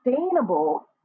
sustainable